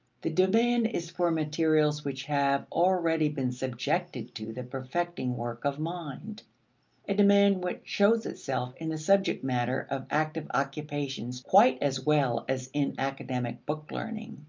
the demand is for materials which have already been subjected to the perfecting work of mind a demand which shows itself in the subject matter of active occupations quite as well as in academic book learning.